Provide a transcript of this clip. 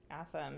Awesome